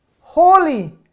Holy